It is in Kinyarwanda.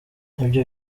ibyo